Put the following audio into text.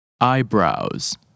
Eyebrows